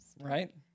Right